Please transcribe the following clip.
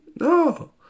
No